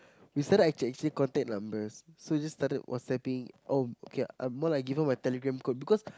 we set out actually exchange contact numbers so we just started whatsapping oh okay more like give her my Telegram code because